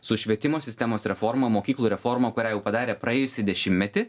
su švietimo sistemos reforma mokyklų reforma kurią jau padarė praėjusį dešimtmetį